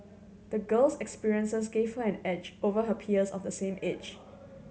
the girl's experiences gave her an edge over her peers of the same age